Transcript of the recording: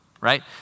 right